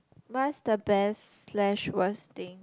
what's the best slash worst thing